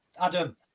Adam